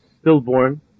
stillborn